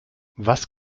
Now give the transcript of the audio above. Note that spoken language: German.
was